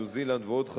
ניו-זילנד ועוד,